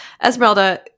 Esmeralda